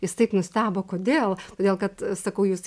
jis taip nustebo kodėl todėl kad sakau jūs